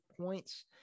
points